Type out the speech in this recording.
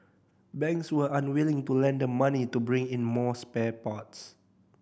banks were unwilling to lend them money to bring in more spare parts